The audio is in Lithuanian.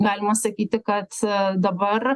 galima sakyti kad dabar